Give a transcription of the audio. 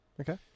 Okay